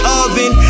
oven